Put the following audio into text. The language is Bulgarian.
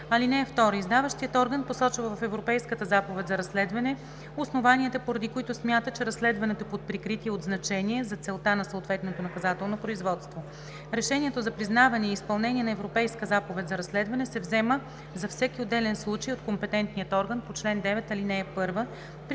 (2) Издаващият орган посочва в Европейската заповед за разследване основанията, поради които смята, че разследването под прикритие е от значение за целта на съответното наказателно производство. Решението за признаване и изпълнение на Европейска заповед за разследване се взема за всеки отделен случай от компетентния орган по чл. 9, ал. 1